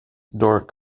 doric